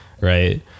right